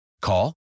Call